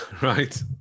Right